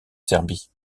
serbie